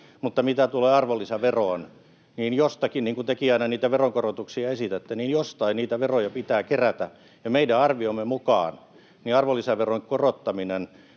mutta mitä tulee arvonlisäveroon, niin kun tekin aina niitä veronkorotuksia esitätte, niin jostain niitä veroja pitää kerätä, ja meidän arviomme mukaan arvonlisäveron korottaminen